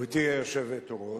גברתי היושבת-ראש,